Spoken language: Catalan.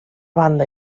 banda